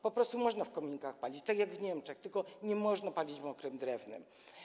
Po prostu można w kominkach palić, tak jak w Niemczech, tylko nie można palić mokrym drewnem.